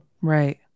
Right